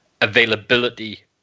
availability